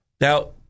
Now